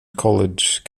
college